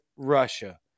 Russia